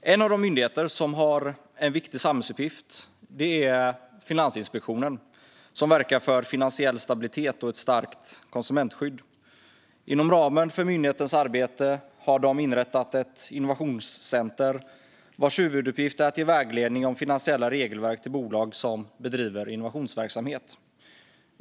En av de myndigheter som har en viktig samhällsuppgift är Finansinspektionen, som verkar för finansiell stabilitet och ett starkt konsumentskydd. Inom ramen för myndighetens arbete har de inrättat ett innovationscenter vars huvuduppgift är att ge vägledning om finansiella regelverk till bolag som bedriver innovationsverksamhet.